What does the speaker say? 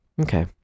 Okay